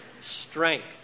strength